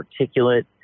articulate